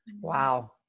wow